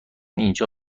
اینجا